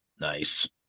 Nice